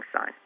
sign